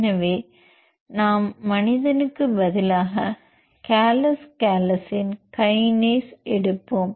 எனவே நாம் மனிதனுக்கு பதிலாக காலஸ் காலஸின் கைனேஸ் எடுப்போம்